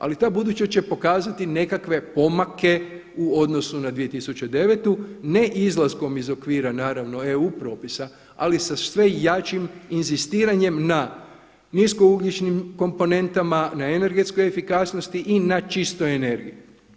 Ali ta buduća će pokazati nekakve pomake u odnosu na 2009. neizlaskom iz okvira naravno EU propisa ali sa sve jačim inzistiranjem na niskougljičnim komponentama, na energetskoj efikasnosti i na čistoj energiji.